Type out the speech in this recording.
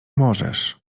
możesz